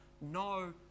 no